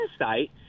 insight